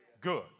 Good